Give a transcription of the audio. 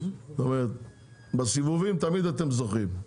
זאת אומרת בסיבובים תמיד אתם זוכים,